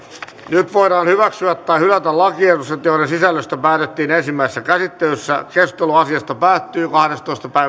nyt voidaan hyväksyä tai hylätä lakiehdotukset joiden sisällöstä päätettiin ensimmäisessä käsittelyssä keskustelu asiasta päättyi